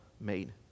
made